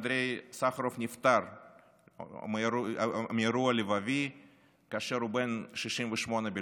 אנדריי סחרוב נפטר מאירוע לבבי כאשר הוא בן 68 בלבד.